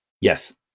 Yes